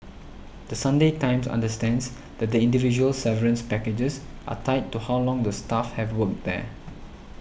The Sunday Times understands that the individual severance packages are tied to how long the staff have worked there